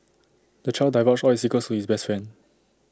the child divulged all his secrets to his best friend